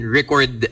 record